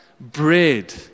Bread